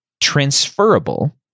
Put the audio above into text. transferable